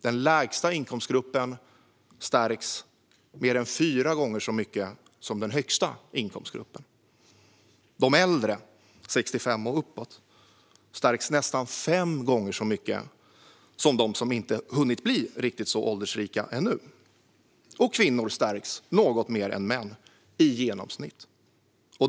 Den lägsta inkomstgruppen stärks mer än fyra gånger så mycket som den högsta inkomstgruppen. De äldre, 65 år och uppåt, stärks nästan fem gånger så mycket som de som inte hunnit bli riktigt så årsrika. Kvinnor stärks något mer än män, i genomsnitt.